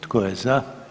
Tko je za?